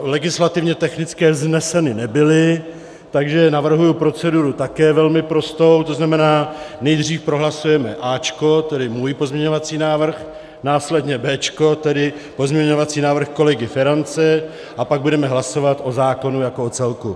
Legislativně technické vzneseny nebyly, takže navrhuji proceduru také velmi prostou, to znamená, nejdřív prohlasujeme A, tedy můj pozměňovací návrh, následně B, tedy pozměňovací návrh kolegy Ferance, a pak budeme hlasovat o zákonu jako o celku.